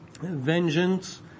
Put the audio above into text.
Vengeance